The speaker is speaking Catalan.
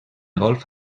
golf